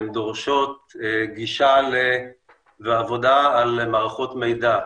הן דורשות גישה ועבודה על מערכות מידע,